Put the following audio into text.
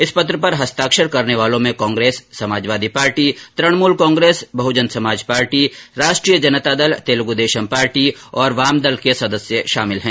इस पत्र पर हस्ताक्षर करने वालों में कांग्रेस समाजवादी पार्टी तृणमूल कांग्रेस बहुजन समाज पार्टी राष्ट्रीय जनता दल तेलुगुदेशम पार्टी और वामदल के सदस्य शामिल हैं